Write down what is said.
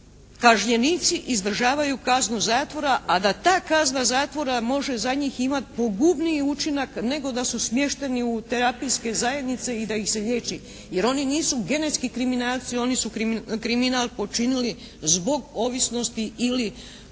kažnjenici izdržavaju kaznu zatvora a da ta kazna zatvora može za njih imati pogubniji učinak nego da su smješteni u terapijske zajednice i da ih se liječi. Jer oni nisu genetski kriminalci oni su kriminal počinili zbog ovisnosti ili